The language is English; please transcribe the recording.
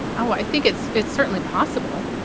i think it's it's certainly possible.